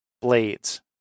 blades